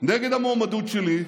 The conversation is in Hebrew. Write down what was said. נגד המועמדות שלי,